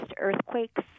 earthquakes